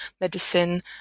medicine